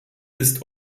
ist